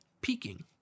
peaking